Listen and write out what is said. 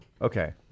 Okay